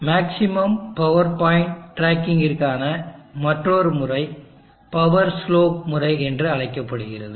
maximum power point டிராக்கிங்கிற்கான மற்றொரு முறை பவர் ஸ்லோப் முறை என்று அழைக்கப்படுகிறது